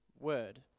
word